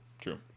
true